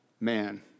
man